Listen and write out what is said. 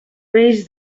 peix